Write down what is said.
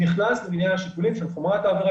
שנכנס למניין השיקולים של חומרת העבירה,